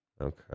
Okay